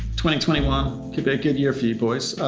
twenty twenty one could be a good year for you boys.